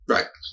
Right